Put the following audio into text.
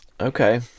Okay